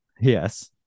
Yes